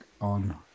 on